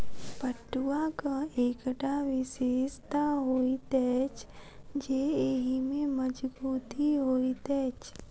पटुआक एकटा विशेषता होइत अछि जे एहि मे मजगुती होइत अछि